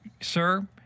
sir